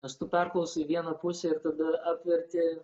nes tu perklausai vieną pusę ir tada apverti